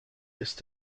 ist